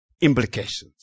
implications